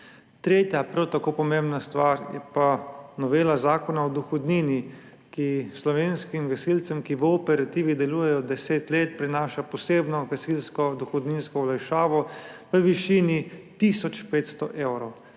Tretja, prav tako pomembna stvar je pa novela Zakona o dohodnini, ki slovenskim gasilcem, ki v operativi delujejo 10 let, prinaša posebno gasilsko dohodninsko olajšavo v višini tisoč 500 evrov.